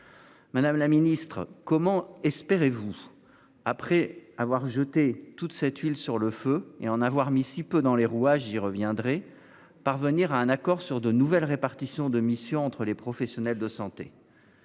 Madame la Ministre, comment espérez-vous après avoir jeté toute cette huile sur le feu et en avoir mis si peu dans les rouages y reviendrez parvenir à un accord sur de nouvelles répartitions de mission entre les professionnels de santé.